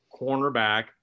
cornerback